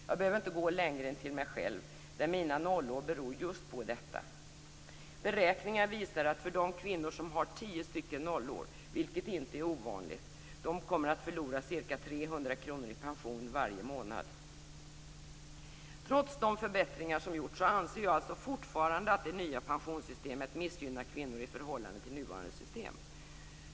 Jag behöver inte gå längre än till mig själv. Mina 0-år beror just på detta. Beräkningar visar att de kvinnor som har tio 0-år, vilket inte är ovanligt, kommer att förlora ca 300 kr i pension varje månad. Trots de förbättringar som gjorts anser jag fortfarande att det nya pensionssystemet missgynnar kvinnor i förhållande till nuvarande system.